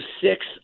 six